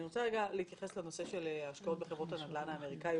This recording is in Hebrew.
אני רוצה רגע להתייחס לנושא של השקעות בחברות הנדל"ן האמריקאי,